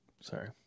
sorry